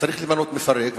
צריך למנות מפרק,